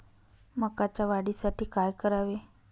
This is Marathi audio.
मकाच्या वाढीसाठी काय करावे?